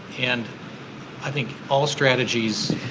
and i think all strategies